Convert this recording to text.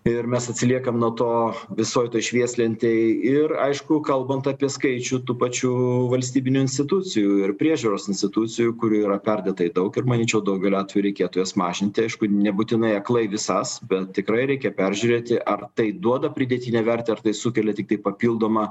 ir mes atsiliekam nuo to visoj švieslentėj ir aišku kalbant apie skaičių tų pačių valstybinių institucijų ir priežiūros institucijų kurių yra perdėtai daug ir manyčiau daugeliu atvejų reikėtų jas mažinti aišku nebūtinai aklai visas bet tikrai reikia peržiūrėti ar tai duoda pridėtinę vertę ar tai sukelia tiktai papildomą